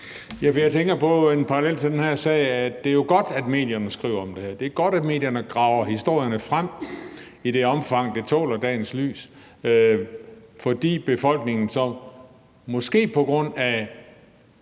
Jeg tænker på en parallel til den her sag. Det jo er godt, at medierne skriver om det her, det er godt, at medierne graver historierne frem i det omfang, det tåler dagens lys, fordi befolkningen måske så på grund af